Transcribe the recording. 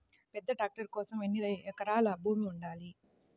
పెద్ద ట్రాక్టర్ కోసం ఎన్ని ఎకరాల భూమి ఉండాలి?